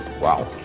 Wow